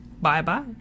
Bye-bye